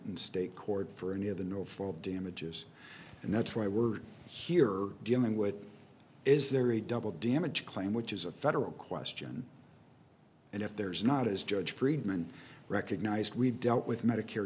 in state court for any of the nor for damages and that's why we're here are dealing with is there a double damage claim which is a federal question and if there is not as judge friedman recognized we dealt with medicare